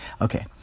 Okay